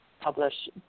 publish